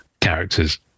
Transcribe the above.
characters